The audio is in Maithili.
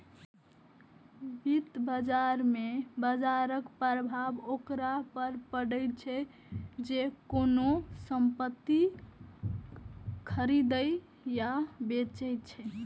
वित्त बाजार मे बाजरक प्रभाव ओकरा पर पड़ै छै, जे कोनो संपत्ति खरीदै या बेचै छै